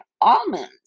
almonds